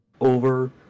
over